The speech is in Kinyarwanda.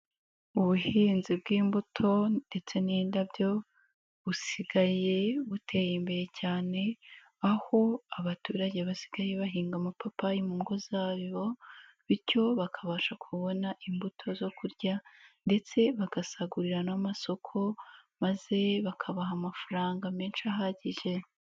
Ubuhinzi bw'imbuto ndetse n'indabyo, busigaye buteye imbere cyane aho abaturage basigaye bahinga amapapayi mu ngo zayo bityo bakabasha kubona imbuto zo kurya ndetse bagasagurira n'amasoko maze bakabaha amafaranga menshi ahagije.